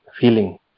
feeling